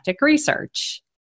research